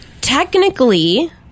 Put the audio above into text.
Technically